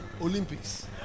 Olympics